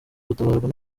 gutabarwa